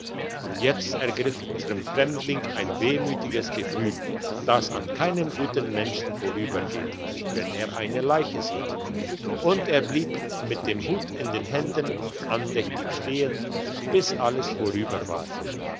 jetzt ergriff unsern fremdling ein wehmütiges gefühl das an keinem guten menschen vorübergeht wenn er eine leiche sieht und er blieb mit dem hut in den händen andächtig stehen bis alles vorüber war